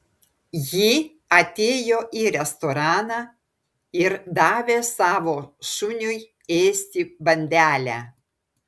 ji atėjo į restoraną ir davė savo šuniui ėsti bandelę